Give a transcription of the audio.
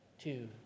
two